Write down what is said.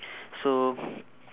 so